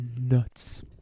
nuts